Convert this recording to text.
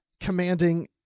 commanding